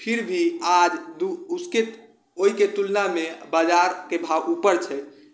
फिर भी आज दू ओहिके तुलनामे बाजारके भाव उपर छै